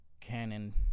Cannon